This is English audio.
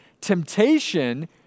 Temptation